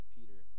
Peter